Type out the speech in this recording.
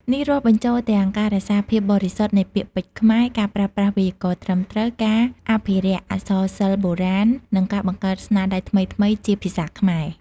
នេះរាប់បញ្ចូលទាំងការរក្សាភាពបរិសុទ្ធនៃពាក្យពេចន៍ខ្មែរ ការប្រើប្រាស់វេយ្យាករណ៍ត្រឹមត្រូវ ការអភិរក្សអក្សរសិល្ប៍បុរាណ និងការបង្កើតស្នាដៃថ្មីៗជាភាសាខ្មែរ។